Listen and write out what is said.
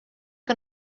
que